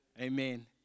Amen